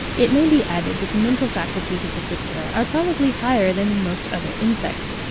it may be added that the mental faculties of the diptera are probably higher than in most other insects,